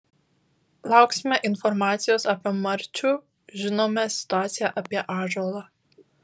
lauksime informacijos apie marčių žinome situaciją apie ąžuolą